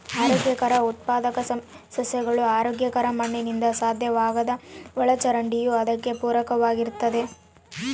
ಆರೋಗ್ಯಕರ ಉತ್ಪಾದಕ ಸಸ್ಯಗಳು ಆರೋಗ್ಯಕರ ಮಣ್ಣಿನಿಂದ ಸಾಧ್ಯವಾಗ್ತದ ಒಳಚರಂಡಿಯೂ ಅದಕ್ಕೆ ಪೂರಕವಾಗಿರ್ತತೆ